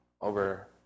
over